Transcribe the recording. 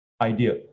idea